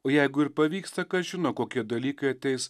o jeigu ir pavyksta kas žino kokie dalykai ateis